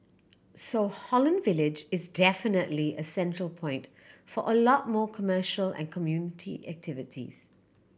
so Holland Village is definitely a central point for a lot more commercial and community activities